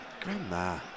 Grandma